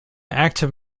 active